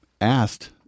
asked